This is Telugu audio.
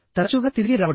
తరచుగా తిరిగి రావడం